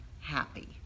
happy